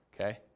okay